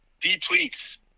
depletes